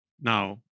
now